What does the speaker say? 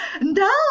No